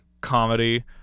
comedy